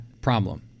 problem